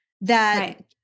that-